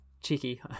Cheeky